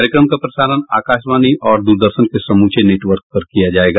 कार्यक्रम का प्रसारण आकाशवाणी और द्रदर्शन के समूचे नेटवर्क पर किया जाएगा